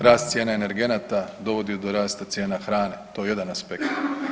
Rast cijena energenata dovodi do rasta cijena hrane, to je jedan aspekt.